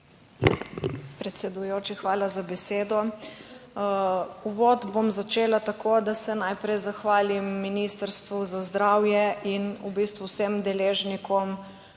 Predsedujoči, hvala za besedo. Uvod bom začela tako, da se najprej zahvalim Ministrstvu za zdravje in v bistvu vsem deležnikom,